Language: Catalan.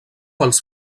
als